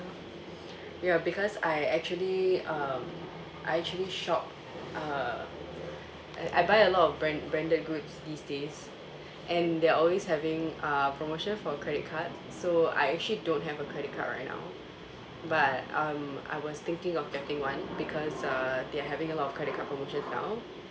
ya because I actually um I actually shop uh I buy a lot of brand branded goods these days and they are always having uh promotion for credit card so I actually don't have a credit card right now but um I was thinking of getting one because uh they're having a lot of credit card promotions now